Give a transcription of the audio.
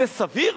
זה סביר?